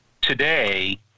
Today